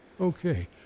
okay